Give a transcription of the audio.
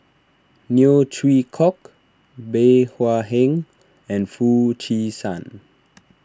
Neo Chwee Kok Bey Hua Heng and Foo Chee San